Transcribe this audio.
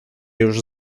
już